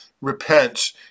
repents